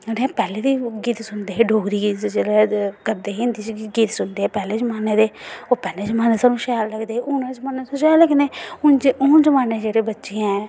अस पैह्लें दी गीत सुनदे अस डोगरी गीत करदे हे जेह्ड़े पैह्ले जमानै दे जेह्ड़े पैह्ले जमानै च सानूं शैल लगदे हे ओह् अज्जै जमानै दै बच्चें ई शैल लग्गने हून जमानै ई जेह्ड़े बच्चे हैन